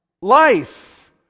life